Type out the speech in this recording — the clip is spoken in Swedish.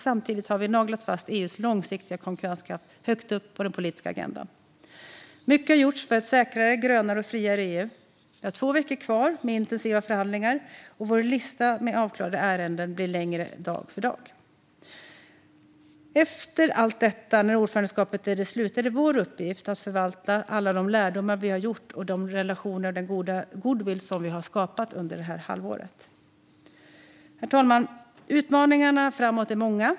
Samtidigt har vi naglat fast EU:s långsiktiga konkurrenskraft högt upp på den politiska agendan. Mycket har gjorts för ett säkrare, grönare och friare EU. Vi har två veckor kvar med intensiva förhandlingar, och vår lista med avklarade ärenden blir längre dag för dag. Efter allt detta, när ordförandeskapet är slut, är det vår uppgift att förvalta alla de lärdomar vi gjort och de relationer och den goodwill som vi har skapat under det här halvåret. Herr talman! Utmaningarna framåt är många.